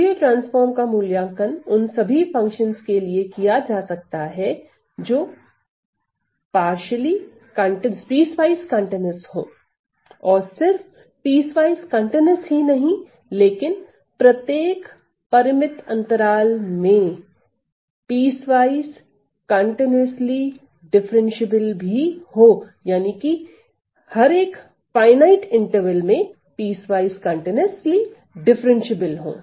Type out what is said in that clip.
Fourier transform का मूल्यांकन उन सभी फंक्शन के लिए किया जा सकता है जो खंडशःसंतत हो और सिर्फ खंडशःसंतत ही नहीं लेकिन प्रत्येक परिमित अंतराल में खंडशः संतत अवकलनीय भी हो